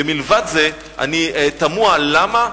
ומלבד זה, אני תמה למה,